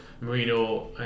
Marino